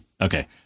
Okay